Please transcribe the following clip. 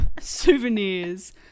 souvenirs